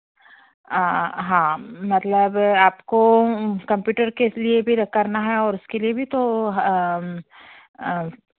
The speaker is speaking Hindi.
हाँ मतलब आपको कंप्यूटर के लिए भी करना है और उसके लिए भी तो